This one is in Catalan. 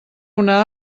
una